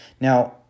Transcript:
Now